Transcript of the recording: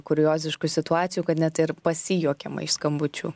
kurioziškų situacijų kad net ir pasijuokiama iš skambučių